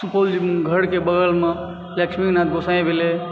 सुपौल घरके बगलमे लक्ष्मीनाथ गोसाईँ भेलय